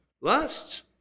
lusts